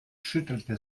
schüttelte